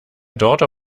daughter